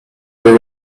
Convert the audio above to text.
the